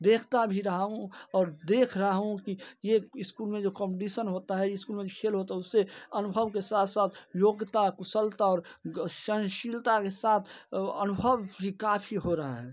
देखता भी रहा हूँ और देख रहा हूँ कि ये इस्कूल में जो कॉम्पटीसन होता है इस्कूल में जो खेल होता है उससे अनुभव के साथ साथ योग्यता कुशलता और सहनशीलता के साथ अनुभव भी काफ़ी हो रहा है